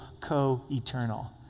co-eternal